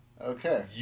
Okay